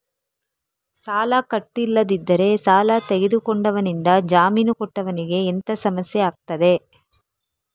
ಸಾಲ ಕಟ್ಟಿಲ್ಲದಿದ್ದರೆ ಸಾಲ ತೆಗೆದುಕೊಂಡವನಿಂದ ಜಾಮೀನು ಕೊಟ್ಟವನಿಗೆ ಎಂತ ಸಮಸ್ಯೆ ಆಗ್ತದೆ?